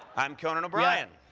i'm conan o'brien.